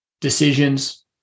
decisions